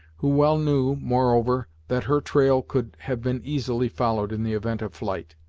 who well knew, moreover, that her trail could have been easily followed in the event of flight.